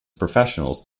professionals